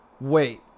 Wait